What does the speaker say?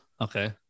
Okay